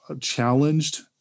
challenged